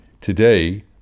Today